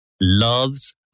loves